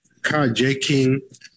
carjacking